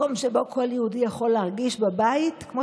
מקום שבו כל יהודי יכול להרגיש בבית כמו